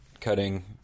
cutting